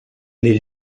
les